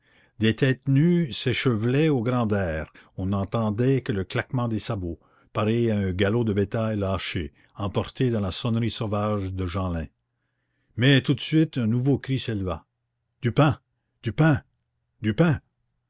des têtes nues s'échevelaient au grand air on n'entendait que le claquement des sabots pareil à un galop de bétail lâché emporté dans la sonnerie sauvage de jeanlin mais tout de suite un nouveau cri s'éleva du pain du pain du pain